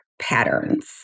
patterns